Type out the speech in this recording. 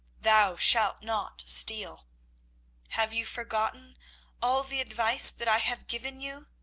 thou shalt not steal have you forgotten all the advice that i have given you?